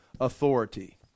authority